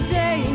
day